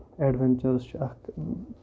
adventures چھُ اکھ